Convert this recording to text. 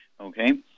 Okay